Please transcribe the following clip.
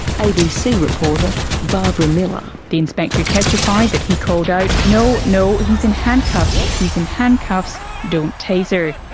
abc reporter barbara miller. the inspector testified that he called out, no. no. he's in handcuffs. he's in handcuffs. don't taser.